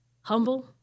Humble